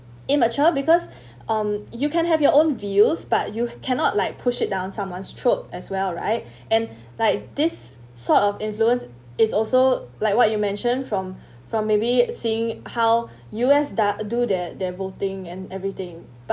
immature because um you can have your own views but you cannot like push it down someone's troop as well right and like this sort of influence is also like what you mention from from maybe seeing how U_S do~ do that their voting and everything but